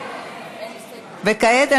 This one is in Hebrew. כעת,